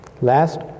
last